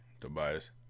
tobias